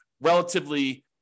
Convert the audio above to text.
relatively